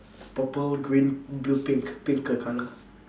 purple green blue pink pick a colour